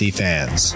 fans